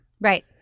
Right